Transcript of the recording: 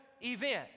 event